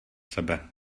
sebe